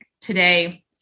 Today